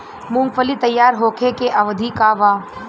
मूँगफली तैयार होखे के अवधि का वा?